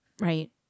Right